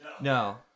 No